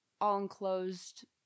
all-enclosed